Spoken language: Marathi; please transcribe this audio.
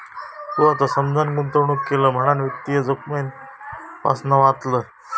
तू आता समजान गुंतवणूक केलं म्हणान वित्तीय जोखमेपासना वाचलंस